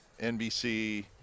NBC